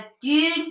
dude